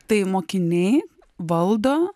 tai mokiniai valdo